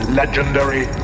legendary